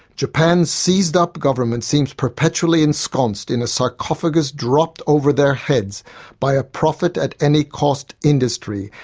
japan's seized-up government seems perpetually ensconced in a sarcophagus dropped over their heads by a profit-at-any-cost industry,